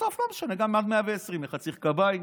בסוף לא משנה, עד 120, אחד צריך קביים,